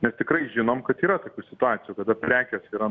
mes tikrai žinom kad yra tokių situacijų kada prekės yra